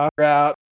out